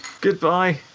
goodbye